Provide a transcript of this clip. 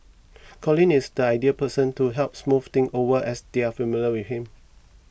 Colin is the ideal person to help smooth things over as they are familiar with him